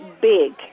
big